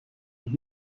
when